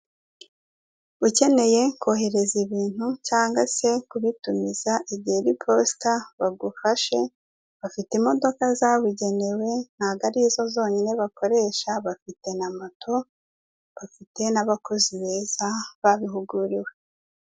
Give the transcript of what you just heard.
Ukeneye kohereza ibintu cyangwa se kubitumiza egera iposita, bagufashe, bafite imodoka zabugenewe, ntabwo ari zo zonyine bakoresha bafite na moto, bafite n'abakozi beza babihuguriwe.